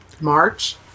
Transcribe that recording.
March